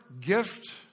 gift